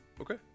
Okay